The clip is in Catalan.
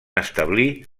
establir